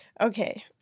Okay